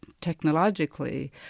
technologically